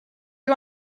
you